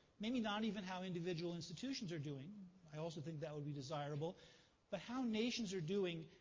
maybe not even how individual institutions are doing i also think that would be desirable but how nations are doing,